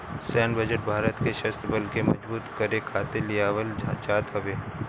सैन्य बजट भारत के शस्त्र बल के मजबूत करे खातिर लियावल जात हवे